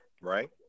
Right